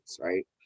right